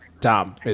Tom